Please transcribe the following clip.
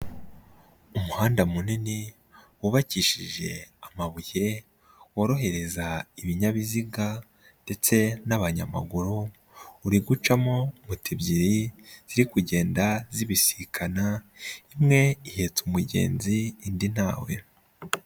Umuhanda munini, wubakishije amabuye, worohereza ibinyabiziga, ndetse n'abanyamaguru, uri gucamo moto ebyiri, ziri kugenda zibisikana, imwe ihetse umugenzi, indi ntawe.